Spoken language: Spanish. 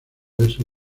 verso